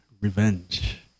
revenge